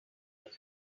this